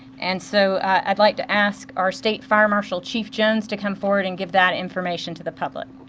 and so i'd like to ask our state fire marshal chief jones to come forward and give that information to the public.